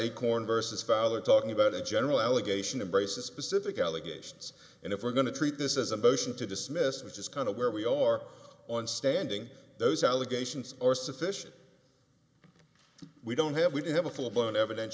acorn versus fowler talking about a general allegation embrace a specific allegations and if we're going to treat this as a motion to dismiss which is kind of where we are on standing those allegations are sufficient we don't have we didn't have a full blown eviden